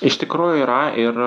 iš tikrųjų yra ir